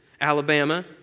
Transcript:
Alabama